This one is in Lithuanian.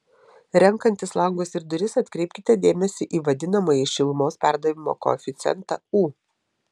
renkantis langus ir duris atkreipkite dėmesį į vadinamąjį šilumos perdavimo koeficientą u